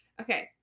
Okay